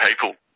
people